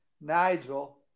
Nigel